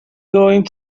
going